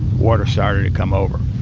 water started to come over.